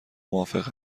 موافق